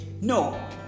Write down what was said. no